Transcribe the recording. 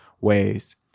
ways